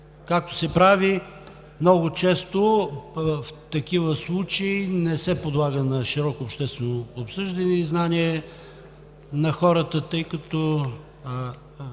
Както се прави много често в такива случаи, не се подлага на широко обществено обсъждане и знание на хората, тъй като